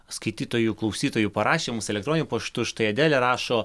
skaitytojų klausytojų parašė mums elektroniniu paštu štai adelė rašo